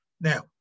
Now